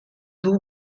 duu